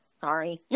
sorry